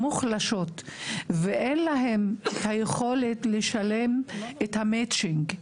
ואין להן היכולת לשלם את המצ'ינג,